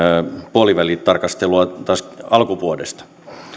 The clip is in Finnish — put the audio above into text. puolivälin tarkastelua joka on taas alkuvuodesta